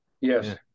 yes